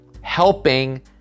helping